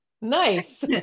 nice